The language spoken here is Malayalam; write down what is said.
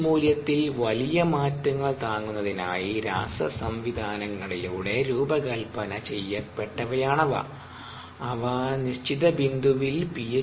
എച്ച് മൂല്യത്തിൽ വലിയ മാറ്റങ്ങൾ താങ്ങുന്നതിനായി രാസസംവിധാനങ്ങളിലൂടെ രൂപകൽപ്പന ചെയ്യപ്പെട്ടവയാണവ അവ നിശ്ചിത ബിന്ദുവിൽ പി